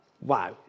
wow